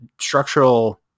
structural